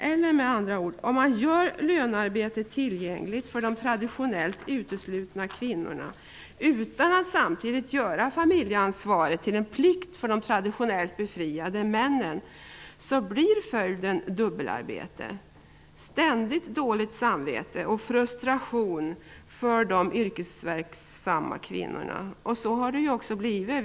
Eller med andra ord: Om man gör lönearbetet tillgängligt för de traditionellt uteslutna, kvinnorna, utan att samtidigt göra familjeansvaret till en plikt för de traditionellt befriade, männen, blir följden dubbelarbete samt ständigt dåligt samvete och frustration för de yrkesverksamma kvinnorna. Så har det ju också blivit.